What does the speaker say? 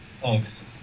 Thanks